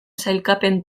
sailkapen